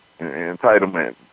Entitlement